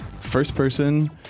first-person